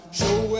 show